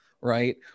right